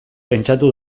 pentsatu